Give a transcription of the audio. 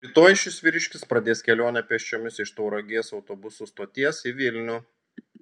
rytoj šis vyriškis pradės kelionę pėsčiomis iš tauragės autobusų stoties į vilnių